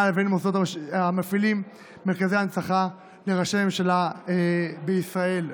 לבין המוסדות המפעילים מרכזי הנצחה לראשי ממשלה בישראל,